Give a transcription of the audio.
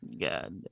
God